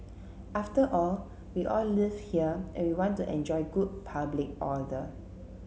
after all we all live here and we want to enjoy good public order